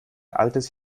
altes